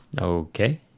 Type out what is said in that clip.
Okay